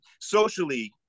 socially